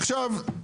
עכשיו,